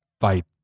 fight